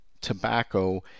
tobacco